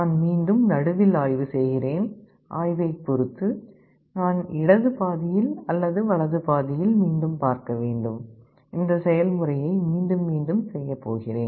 நான் மீண்டும் நடுவில் ஆய்வு செய்கிறேன் ஆய்வைப் பொறுத்து நான் இடது பாதியில் அல்லது வலது பாதியில் பார்க்க வேண்டும் நான் இந்த செயல்முறையை மீண்டும் செய்கிறேன்